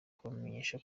kubamenyesha